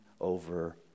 over